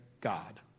God